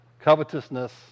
covetousness